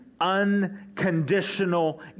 unconditional